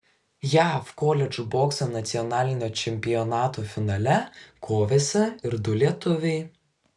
jav koledžų bokso nacionalinio čempionato finale kovėsi ir du lietuviai